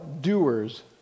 doers